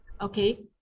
okay